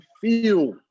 feel